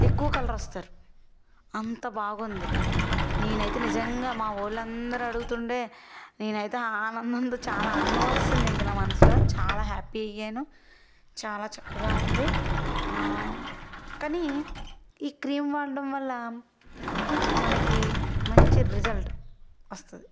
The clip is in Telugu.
ఎక్కువ కలర్ వస్తారు అంత బాగుంది నేనైతే నిజంగా మా వాళ్ళు అందరు అడుగుతుంటే నేనైతే ఆనందంతో చాలా ఆనందం వచ్చేసింది ఇంకా నా మనసులో చాలా హ్యాపీ అయ్యాను చాలా చక్కగా ఉంది కానీ ఈ క్రీం వాడడం వల్ల మనకి మంచి రిజల్ట్ వస్తుంది